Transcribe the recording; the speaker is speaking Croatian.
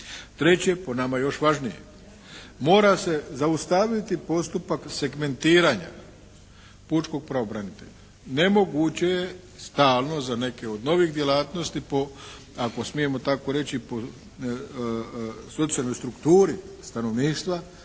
Treće je po nama još važnije. Mora se zaustaviti postupak segmentiranja pučkog pravobranitelja. Nemoguće je stalno za neke od novih djelatnosti po ako smijemo tako reći, po socijalnoj strukturi stanovništva